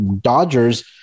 Dodgers